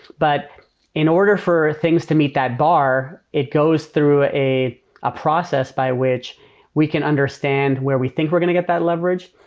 but in order for things to meet that bar, it goes through ah a ah process by which we can understand where we think we're going to get that leverage,